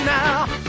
now